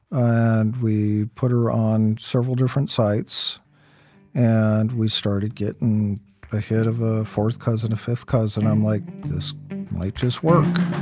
and we put her on several different sites and we started getting a hit of a fourth cousin, a fifth cousin, and i'm like this like just work